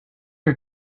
are